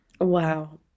Wow